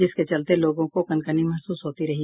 जिसके चलते लोगों को कनकनी महसूस होती रही